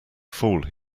fool